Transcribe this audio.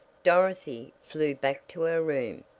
dorothy flew back to her room,